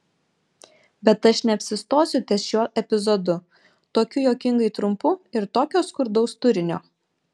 bet aš neapsistosiu ties šiuo epizodu tokiu juokingai trumpu ir tokio skurdaus turinio